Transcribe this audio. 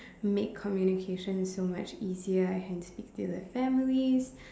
made communication so much easier I can speak to the families